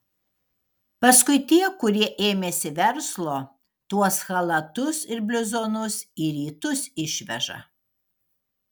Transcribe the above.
paskui tie kurie ėmėsi verslo tuos chalatus ir bliuzonus į rytus išveža